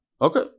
Okay